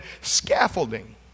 scaffolding